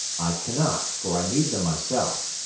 i cannot, for i need them myself,